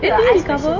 then did you recover